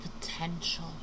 potential